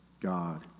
God